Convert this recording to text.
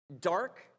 dark